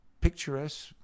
picturesque